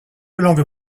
langue